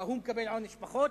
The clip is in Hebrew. וההוא מקבל עונש פחות,